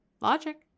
logic